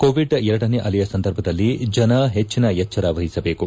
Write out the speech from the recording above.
Covid ಎರಡನೇ ಅಲೆಯ ಸಂದರ್ಭದಲ್ಲಿ ಜನ ಹೆಚ್ಚಿನ ಎಚ್ವರ ವಹಿಸಬೇಕು